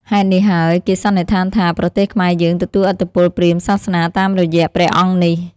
ហេតុនេះហើយ គេសន្និដ្ឋានថា ប្រទេសខ្មែរយើងទទួលឥទ្ធិពលព្រាហ្មណ៍សាសនាតាមរយៈព្រះអង្គនេះ។